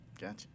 Gotcha